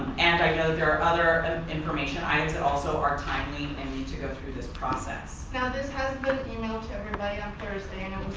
and i know there are other information items that also are timely and need to go through this process. now this has been emailed to everybody on thursday and